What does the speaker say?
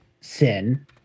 sin